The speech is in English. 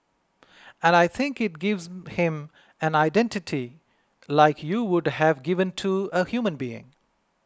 and I think it gives him an identity like you would have given to a human being